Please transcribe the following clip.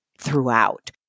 throughout